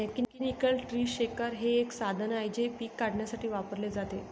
mechanical tree shaker हे एक साधन आहे जे पिके काढण्यासाठी वापरले जाते